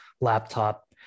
laptop